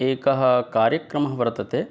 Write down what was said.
एकः कार्यक्रमः वर्तते